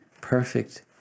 perfect